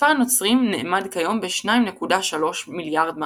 מספר הנוצרים נאמד כיום כ-2.3 מיליארד מאמינים.